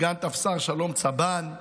סגן טפסר שלום צבאן,